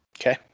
Okay